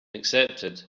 accepted